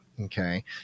Okay